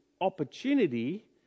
opportunity